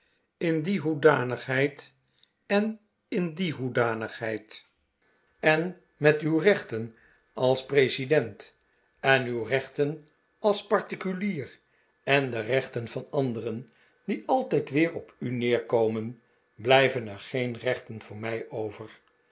in die hoedanigheid en in die hoedanigheid en met uw rechten als president en uw rechten als particulier en de rechten van anderen die altijd weer op u neerkomen blijven er geen rechten voor mij over